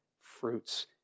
fruits